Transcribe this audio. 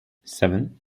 seven